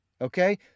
Okay